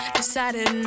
decided